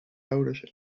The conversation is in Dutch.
ouders